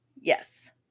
Yes